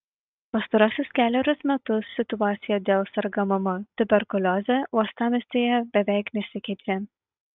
pastaruosius kelerius metus situacija dėl sergamumo tuberkulioze uostamiestyje beveik nesikeičia